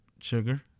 sugar